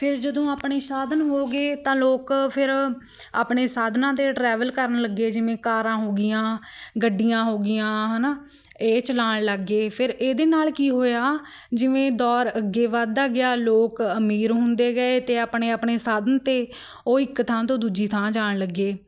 ਫਿਰ ਜਦੋਂ ਆਪਣੇ ਸਾਧਨ ਹੋ ਗਏ ਤਾਂ ਲੋਕ ਫਿਰ ਆਪਣੇ ਸਾਧਨਾਂ 'ਤੇ ਟਰੈਵਲ ਕਰਨ ਲੱਗੇ ਜਿਵੇਂ ਕਾਰਾਂ ਹੋਗੀਆਂ ਗੱਡੀਆਂ ਹੋਗੀਆਂ ਹੈ ਨਾ ਇਹ ਚਲਾਉਣ ਲੱਗ ਗਏ ਫਿਰ ਇਹਦੇ ਨਾਲ ਕੀ ਹੋਇਆ ਜਿਵੇਂ ਦੌਰ ਅੱਗੇ ਵੱਧਦਾ ਗਿਆ ਲੋਕ ਅਮੀਰ ਹੁੰਦੇ ਗਏ ਅਤੇ ਆਪਣੇ ਆਪਣੇ ਸਾਧਨ 'ਤੇ ਉਹ ਇੱਕ ਥਾਂ ਤੋਂ ਦੂਜੀ ਥਾਂ ਜਾਣ ਲੱਗੇ